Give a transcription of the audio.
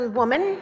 woman